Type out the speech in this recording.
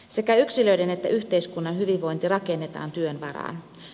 sekä yksilöiden että yhteiskunnan hyvinvointi rakennetaan työn varaan